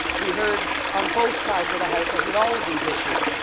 we heard on both sides of the house as with all of these issues.